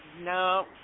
No